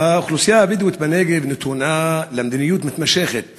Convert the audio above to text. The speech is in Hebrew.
האוכלוסייה הבדואית בנגב נתונה למדיניות מתמשכת